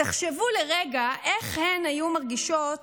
תחשבו לרגע איך הן היו מרגישות